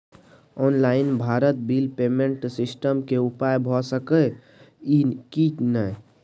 Online Bharat bill payment system के उपयोग भ सके इ की नय?